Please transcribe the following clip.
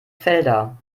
felder